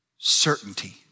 Certainty